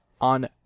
on